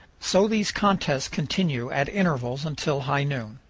so these contests continue at intervals until high noon.